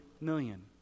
million